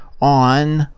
on